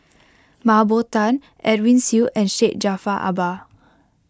Mah Bow Tan Edwin Siew and Syed Jaafar Albar